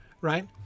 right